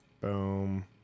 Boom